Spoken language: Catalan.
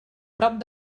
prop